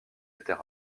etc